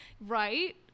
Right